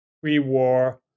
pre-war